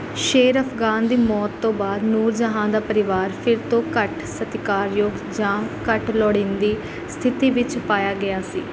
ਸ਼ੇਰ ਅਫਗਾਨ ਦੀ ਮੌਤ ਤੋਂ ਬਾਅਦ ਨੂਰ ਜਹਾਂ ਦਾ ਪਰਿਵਾਰ ਫਿਰ ਤੋਂ ਘੱਟ ਸਤਿਕਾਰ ਯੋਗ ਜਾਂ ਘੱਟ ਲੋੜੀਂਦੀ ਸਥਿਤੀ ਵਿੱਚ ਪਾਇਆ ਗਿਆ ਸੀ